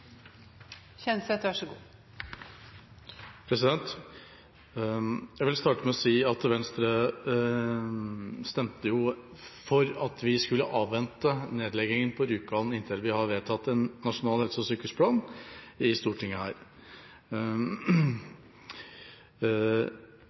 Jeg vil starte med å si at Venstre stemte for at vi skulle avvente nedleggingen på Rjukan inntil vi har vedtatt en nasjonal helse- og sykehusplan her i Stortinget.